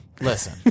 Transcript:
Listen